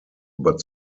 but